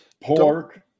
pork